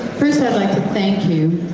first i'd like to thank you